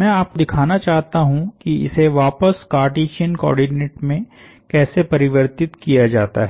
मैं आपको दिखाना चाहता हूं कि इसे वापस कार्टिसियन कोऑर्डिनेट्स में कैसे परिवर्तित किया जाता है